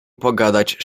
pogadać